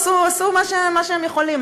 עשו מה שהם יכולים,